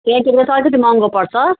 प्याकेटको चाहिँ अलिकति महँगो पर्छ